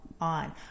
on